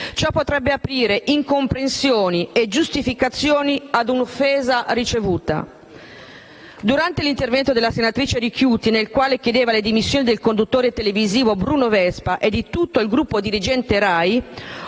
Ciò potrebbe aprire ad incomprensioni e giustificazioni per un'offesa ricevuta. Durante l'intervento della senatrice Ricchiuti, in cui chiedeva le dimissioni del conduttore televisivo Bruno Vespa e di tutto il gruppo dirigente RAI,